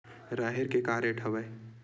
राहेर के का रेट हवय?